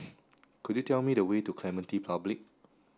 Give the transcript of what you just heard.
could you tell me the way to Clementi Public